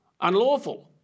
Unlawful